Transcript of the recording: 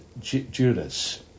Judas